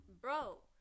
bro